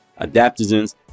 adaptogens